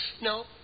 No